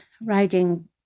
writing